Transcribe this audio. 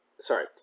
Sorry